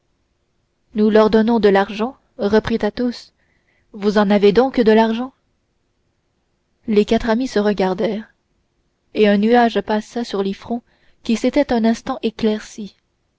nous leur donnons de l'argent reprit athos vous en avez donc de l'argent les quatre amis se regardèrent et un nuage passa sur les fronts qui s'étaient un instant éclaircis